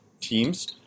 teams